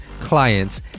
clients